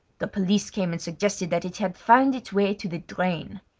the police came and suggested that it had found its way to the drain.